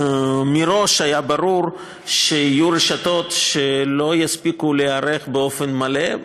מראש היה ברור שיהיו רשתות שלא יספיקו להיערך באופן מלא,